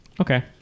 Okay